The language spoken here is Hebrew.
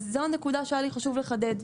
אז זו הנקודה שהיה לי חשוב לחדד.